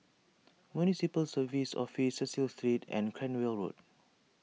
Municipal Services Office Cecil Street and Cranwell Road